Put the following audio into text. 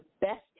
best